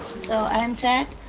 so, i am sad,